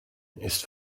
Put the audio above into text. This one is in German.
ist